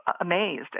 amazed